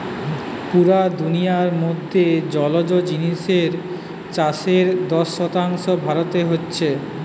পুরা দুনিয়ার মধ্যে জলজ জিনিসের চাষের দশ শতাংশ ভারতে হচ্ছে